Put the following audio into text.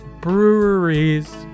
breweries